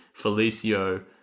Felicio